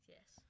Yes